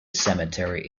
cemetery